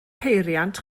peiriant